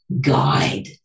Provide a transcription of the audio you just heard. guide